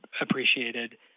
appreciated